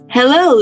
Hello